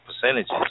percentages